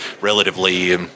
relatively